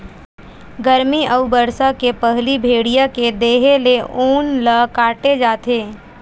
गरमी अउ बरसा के पहिली भेड़िया के देहे ले ऊन ल काटे जाथे